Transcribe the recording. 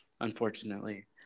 unfortunately